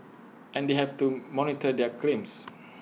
and they have to monitor their claims